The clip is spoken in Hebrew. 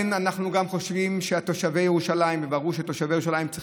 אנחנו גם חושבים שתושבי ירושלים צריכים